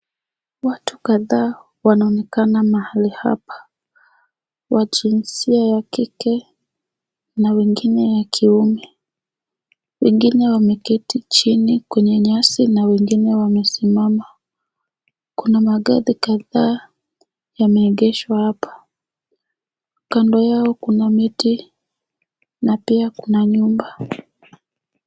Watu kadhaa wanaonekana mahali hapa, wa jinsia ya kike na wengine ya kiume. Wengine wameketi chini kwenye nyasi na wengine wamesimama. Kuna magari kadhaa yameegeshwa hapa. Kando yao kuna miti na pia kuna nyumba.